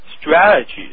strategies